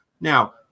Now